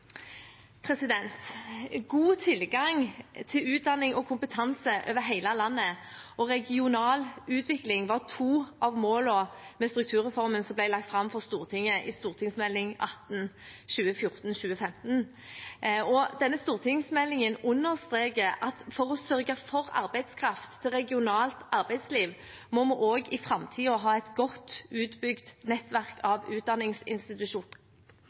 God tilgang til utdanning og kompetanse over hele landet og regional utvikling var to av målene med strukturreformen, som ble lagt fram for Stortinget i Meld. St. 18 for 2014–2015. Denne stortingsmeldingen understreker: «For å sørge for arbeidskraft til regionalt arbeidsliv må vi også i framtiden ha et godt utbygd nettverk av